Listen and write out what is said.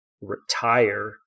retire